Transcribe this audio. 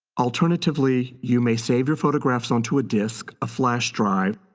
alternatively, you may save your photographs onto a disc, a flash drive,